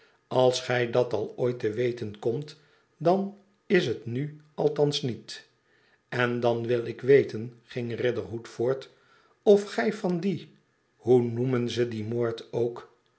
als gij dat al ooit te weten komt dan is het nu althans niet n dan wil ik weten ging riderhood voort of gij van dien hoe noemen ze dien moord ook